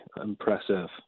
impressive